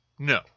No